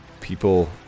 people